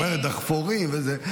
היא אומרת "דחפורים" וזה,